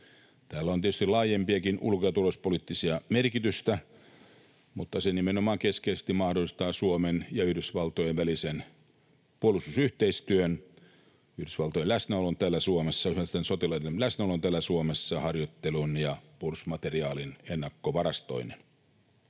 Tällä on tietysti laajempaakin ulko- ja turvallisuuspoliittista merkitystä, mutta se nimenomaan keskeisesti mahdollistaa Suomen ja Yhdysvaltojen välisen puolustusyhteistyön, Yhdysvaltojen läsnäolon täällä Suomessa, yhdysvaltalaisten sotilaiden läsnäolon täällä Suomessa, harjoittelun ja puolustusmateriaalin ennakkovarastoinnin.